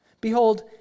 Behold